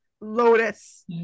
Lotus